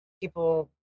people